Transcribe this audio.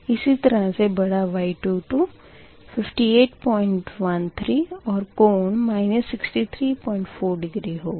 इसी तरह से बड़ा Y22 5813 और कोण 634 डिग्री होगा